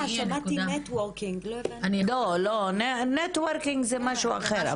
נטוורקינג זה משהו אחד,